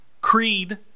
Creed